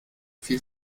viel